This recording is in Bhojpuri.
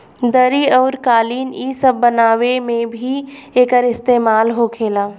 दरी अउरी कालीन इ सब बनावे मे भी एकर इस्तेमाल होखेला